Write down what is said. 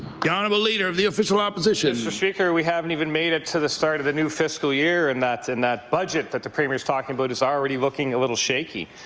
kind of leader of the official opposition. mr. speaker, we haven't even made it to the start of the new fiscal year and and that budget that the premier is talking about is already looking a little shaky.